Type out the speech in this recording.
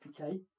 Okay